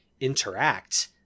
interact